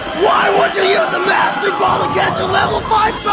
why would you use the master ball to catch a level five